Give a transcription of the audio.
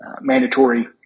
mandatory